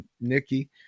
nikki